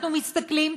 אנחנו מסתכלים,